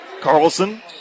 Carlson